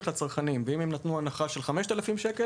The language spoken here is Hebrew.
לצרכנים; אם הם נתנו הנחה של 5,000 ש"ח,